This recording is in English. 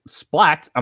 splat